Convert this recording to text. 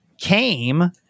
came